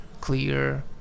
clear